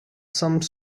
some